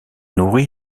nourri